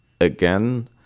again